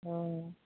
অ